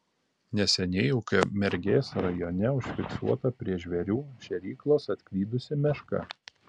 neseniai ukmergės rajone užfiksuota prie žvėrių šėryklos atklydusi meška